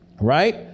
right